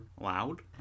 loud